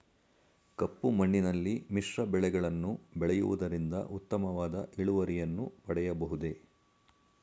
ಕಪ್ಪು ಮಣ್ಣಿನಲ್ಲಿ ಮಿಶ್ರ ಬೆಳೆಗಳನ್ನು ಬೆಳೆಯುವುದರಿಂದ ಉತ್ತಮವಾದ ಇಳುವರಿಯನ್ನು ಪಡೆಯಬಹುದೇ?